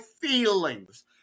feelings